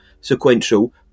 sequential